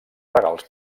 regals